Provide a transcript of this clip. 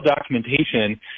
documentation